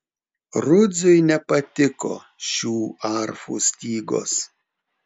rudziui nepatiko šių arfų stygos